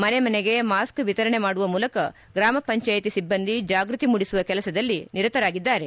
ಮನೆ ಮನೆಗೆ ಮಾಸ್ಕ್ ವಿತರಣೆ ಮಾಡುವ ಮೂಲಕ ಗ್ರಾಮ ಪಂಚಾಯಿತಿ ಸಿಬ್ಬಂದಿ ಜಾಗ್ಟತಿ ಮೂಡಿಸುವ ಕೆಲಸದಲ್ಲಿ ನಿರತರಾಗಿದ್ದಾರೆ